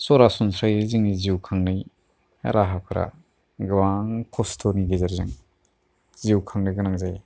सरासनस्रायै जोंनि जिउ खांनाय राहाफ्रा गोबां खस्थ'नि गेजेरजों जिउ खांनो गोनां जायो